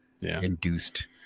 induced